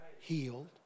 healed